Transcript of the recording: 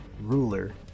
ruler